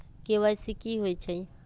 KYC कि होई छई?